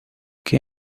qué